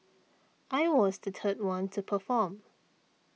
I was the third one to perform